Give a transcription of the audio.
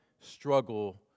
struggle